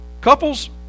couples